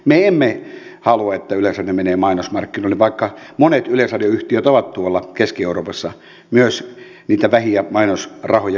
me emme halua että yleisradio menee mainosmarkkinoille vaikka monet yleisradioyhtiöt ovat tuolla keski euroopassa myös niitä vähiä mainosrahoja viemässä